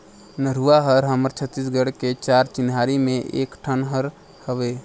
नरूवा हर हमर छत्तीसगढ़ के चार चिन्हारी में एक ठन हर हवे